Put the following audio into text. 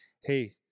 hey